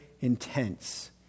intense